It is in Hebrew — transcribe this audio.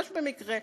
ממש במקרה,